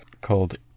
called